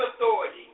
authority